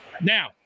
Now